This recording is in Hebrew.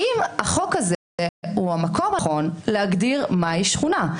האם החוק הזה הוא המקום הנכון להגדיר מה היא שכונה?